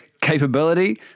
capability